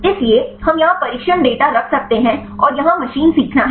इसलिए हम यहां प्रशिक्षण डेटा रख सकते हैं और यहां मशीन सीखना है